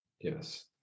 Yes